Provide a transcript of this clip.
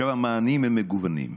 עכשיו, המענים הם מגוונים,